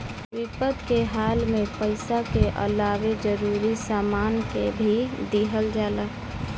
विपद के हाल में पइसा के अलावे जरूरी सामान के भी दिहल जाला